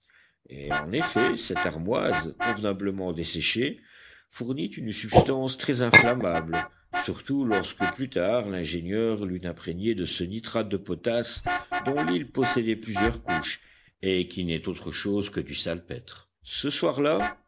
et en effet cette armoise convenablement desséchée fournit une substance très inflammable surtout lorsque plus tard l'ingénieur l'eut imprégnée de ce nitrate de potasse dont l'île possédait plusieurs couches et qui n'est autre chose que du salpêtre ce soir-là